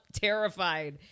terrified